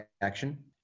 action